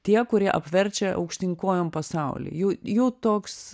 tie kurie apverčia aukštyn kojom pasaulį jų jų toks